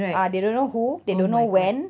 ah they don't know who they don't know when